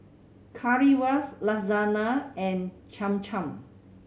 Currywurst Lasagna and Cham Cham